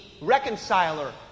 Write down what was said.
reconciler